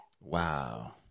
Wow